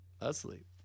asleep